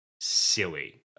silly